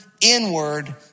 inward